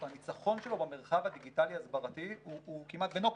הניצחון שלו במרחב הדיגיטלי ההסברתי הוא כמעט בנוקאאוט.